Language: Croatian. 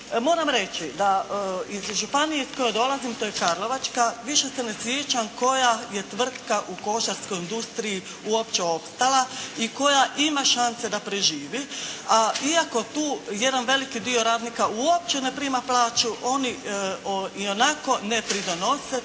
Moram reći da iz županije iz koje dolazim, to je Karlovačka, više se ne sjećam koja je tvrtka u kožarskoj industriji uopće opstala i koja ima šanse da preživi, a iako tu jedan veliki dio radnika uopće ne prima plaću oni ionako ne pridonose